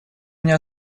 мне